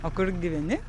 o kur gyveni